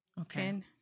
okay